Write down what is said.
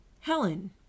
Helen